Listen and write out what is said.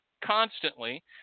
constantly